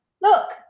look